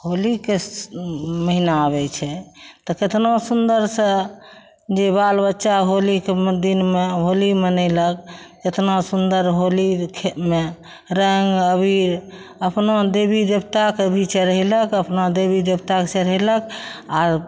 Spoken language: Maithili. होलीके महिना आबय छै तऽ केतना सुन्दरसँ जे बाल बच्चा होलीके मे दिनमे होली मनेलक एतना सुन्दर होलीमे रङ्ग अबीर अपना देवी देवताके भी चढ़ेलक अपना देवी देवताके चढ़ेलक आर